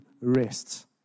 rest